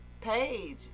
page